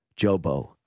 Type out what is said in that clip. Jobo